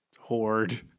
horde